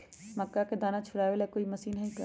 मक्का के दाना छुराबे ला कोई मशीन हई का?